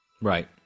Right